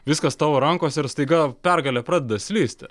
viskas tavo rankose ir staiga pergalė pradeda slysti